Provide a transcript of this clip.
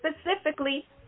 specifically